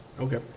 Okay